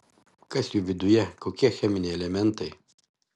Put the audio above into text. kas jų viduje kokie cheminiai elementai